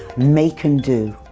make and do.